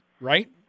right